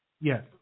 Yes